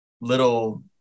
little